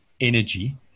energy